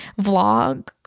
Vlog